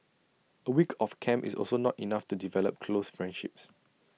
A week of camp is also not enough to develop close friendships